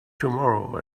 tomorrow